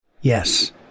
Yes